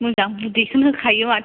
मोजां बेखौनो होनखायो माथो